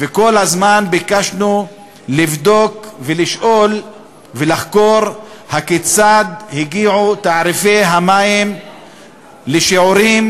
וכל הזמן ביקשנו לבדוק ולשאול ולחקור הכיצד הגיעו תעריפי המים לשיעורים